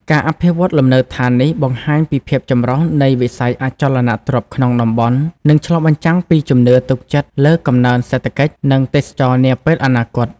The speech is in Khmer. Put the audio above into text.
ការអភិវឌ្ឍលំនៅឋាននេះបង្ហាញពីភាពចម្រុះនៃវិស័យអចលនទ្រព្យក្នុងតំបន់ និងឆ្លុះបញ្ចាំងពីជំនឿទុកចិត្តលើកំណើនសេដ្ឋកិច្ច និងទេសចរណ៍នាពេលអនាគត។